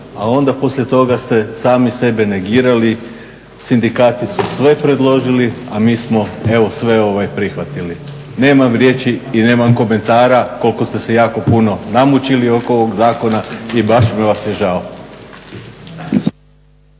a onda poslije toga ste sami sebe negirali, sindikati su sve predložili a mi smo evo sve ovo prihvatili. Nemam riječi i nemam komentara koliko ste se jako puno namučili oko ovog zakona i baš mi vas je žao.